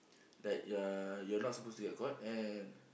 right you are you are not supposed to get caught and